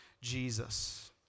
Jesus